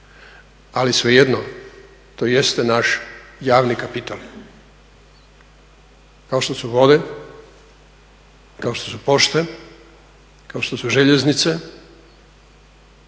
ali svejedno to jeste naš javni kapital. Kao što su vode, kao što su pošte, kao što su željeznice